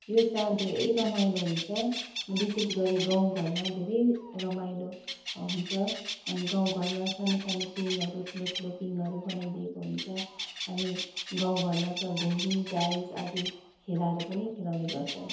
यो चाड धेरै रमाइलो हुन्छ बिशेष गरि गाउँ घरमा धरै रमाइलो हुन्छ अन्त घरमा सानो सानो पिङहरू ठुलोठुलो पिङहरू बनाइ दिएको हुन्छ अनि गाउँ घरमा त घुर्नि डाइस आदि